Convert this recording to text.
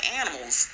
animals